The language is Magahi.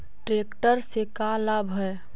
ट्रेक्टर से का लाभ है?